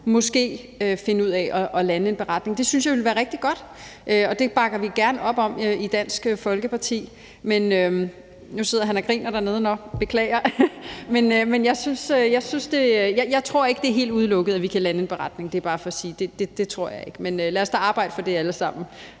kunne finde ud af at lande en beretning. Det synes jeg ville være rigtig godt. Det bakker vi gerne op om i Dansk Folkeparti. Nu sidder han og griner dernede – nå, jeg beklager. Men jeg tror ikke, det er helt udelukket, at vi kan lande en beretning. Det er bare for at sige, at det tror jeg ikke. Men lad os da arbejde for det alle sammen.